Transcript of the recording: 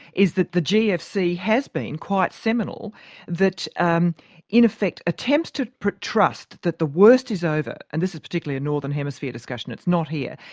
is that the gfc has been quite seminal that, um in effect, attempts to trust that the worst is over and this is particularly a northern hemisphere discussion, it's not here,